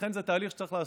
לכן, זה תהליך שצריך לעשות.